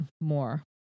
more